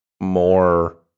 more